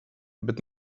bet